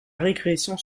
régression